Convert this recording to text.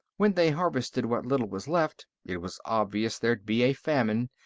when they harvested what little was left, it was obvious there'd be a famine,